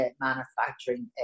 manufacturing